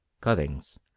cuttings